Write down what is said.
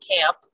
camp